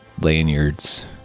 lanyards